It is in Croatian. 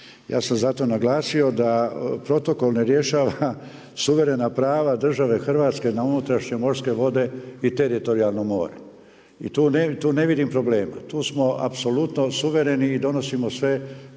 Ja sam zato naglasio da protokol ne rješava suverena prava države Hrvatske na unutrašnje morske vode i teritorijalno more i tu ne vidim problema. Tu smo apsolutno suvereni i donosimo sve propise